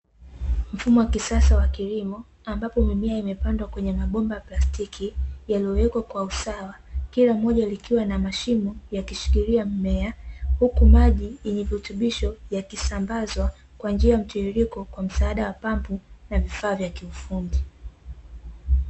Mfumo wa kisasa wa kilimo ambapo mimea imepandwa kwenye mabomba ya plastiki, yaliyowekwa kwa usawa, kila moja likiwa na mashimo yakishikilia mmea, huku maji yenye virutubusho yakisambazwa kwa njia ya mtiririko kwa msaada wa pampu na vifaa vya kiufundi.